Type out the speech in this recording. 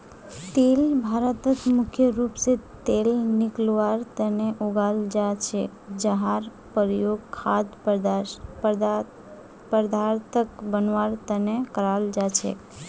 तिल भारतत मुख्य रूप स तेल निकलवार तना उगाल जा छेक जहार प्रयोग खाद्य पदार्थक बनवार तना कराल जा छेक